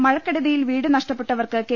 മഴക്കെടുതിയിൽ വീട് നഷ്ടപ്പെട്ടവർക്ക് കെ